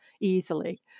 easily